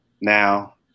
now